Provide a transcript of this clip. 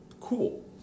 cool